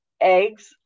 eggs